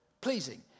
pleasing